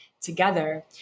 together